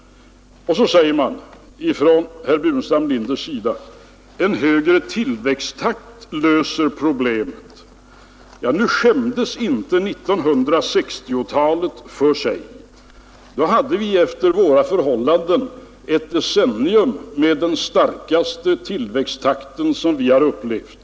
Vidare säger herr Burenstam Linder: En högre tillväxttakt löser problemen. Nu skämdes inte 1960-talet för sig. Då hade vi ett decennium med den högsta tillväxttakt som vi har upplevt.